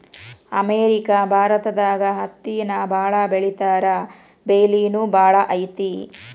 America ಭಾರತದಾಗ ಹತ್ತಿನ ಬಾಳ ಬೆಳಿತಾರಾ ಬೆಲಿನು ಬಾಳ ಐತಿ